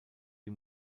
die